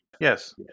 Yes